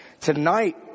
Tonight